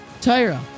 Tyra